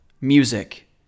music